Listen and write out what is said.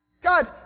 God